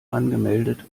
angemeldet